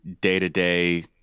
day-to-day